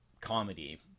comedy